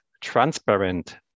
transparent